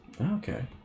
Okay